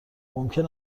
ممکن